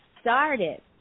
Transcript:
started